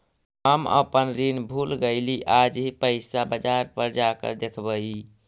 हम अपन ऋण भूल गईली आज ही पैसा बाजार पर जाकर देखवई